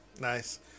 Nice